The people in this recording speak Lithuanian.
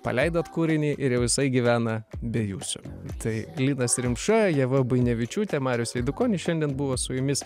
paleidot kūrinį ir jisai gyvena be jūsų tai linas rimša ieva buinevičiūtė marius eidukonis šiandien buvo su jumis